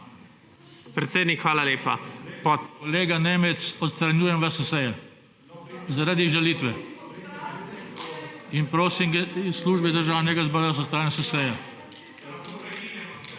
Predsednik, hvala lepa.